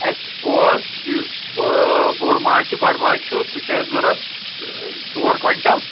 اَسہِ اوس یُس بوٚڑ ماز چھِ بَڈٕ ماز چھُ سُہ چھِ اَسہِ ضروٗرت ژور کویِنٛٹَل